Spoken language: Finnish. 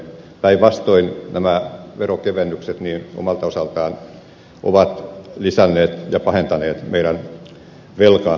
päinvastoin nämä veronkevennykset omalta osaltaan ovat lisänneet ja pahentaneet meidän velkaongelmaamme